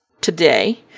today